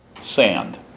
sand